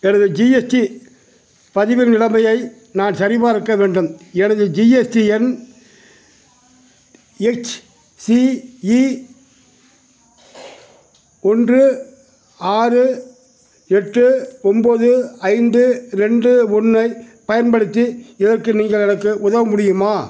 எனது ஜிஎஸ்டி பதிவின் நிலைமையை நான் சரிபார்க்க வேண்டும் எனது ஜிஎஸ்டிஎன் எக்ஸ்சிஇ ஒன்று ஆறு எட்டு ஒம்பது ஐந்து ரெண்டு ஒன்றைப் பயன்படுத்தி இதற்கு நீங்கள் எனக்கு உதவ முடியுமா